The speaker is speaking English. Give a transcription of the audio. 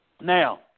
Now